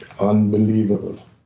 unbelievable